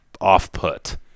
off-put